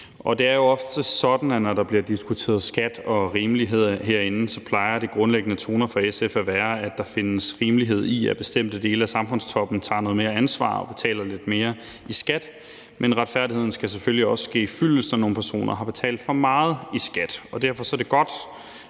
Det er jo ofte sådan, når der bliver diskuteret skat og rimelighed herinde, at de grundlæggende toner fra SF plejer at være, at der findes rimelighed i, at bestemte dele af samfundstoppen tager noget mere ansvar og betaler noget mere i skat, men retfærdigheden skal selvfølgelig også ske fyldest, når nogle personer har betalt for meget i skat.